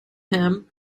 him